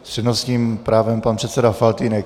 S přednostním právem pan předseda Faltýnek.